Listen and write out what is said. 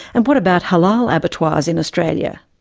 and what about halal abattoirs in australia?